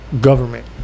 government